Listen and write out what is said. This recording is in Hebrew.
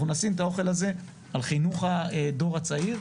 נשים את האוכל הזה על חינוך הדור הצעיר,